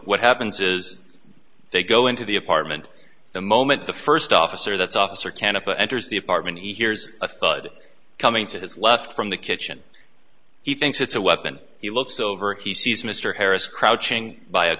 what happens is they go into the apartment the moment the first officer that's officer candidate enters the apartment he hears a thought coming to his left from the kitchen he thinks it's a weapon he looks over he sees mr harris crouching by a